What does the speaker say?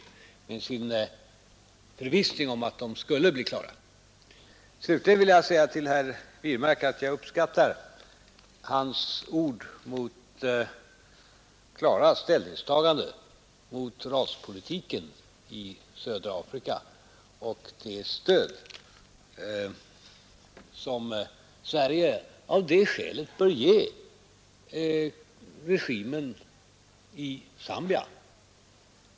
Han uttalade också en förvissning om att de skulle bli klara. Slutligen vill jag säga till herr Wirmark att jag uppskattar hans klara ställningstagande mot raspolitiken i södra Afrika och det stöd som Sverige av det skälet bör ge regimen i Zambia.